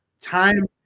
time